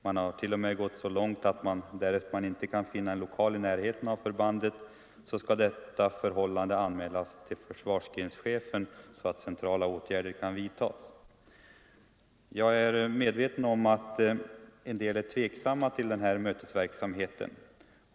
Man har t.o.m. gått så långt att därest man inte kan finna en lokal i närheten av förbandet, skall detta förhållande anmälas till försvarsgrenschefen så att centrala åtgärder kan vidtas. Jag är medveten om att en del är tveksamma till denna mötesverksamhet.